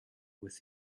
with